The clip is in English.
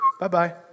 bye-bye